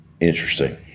Interesting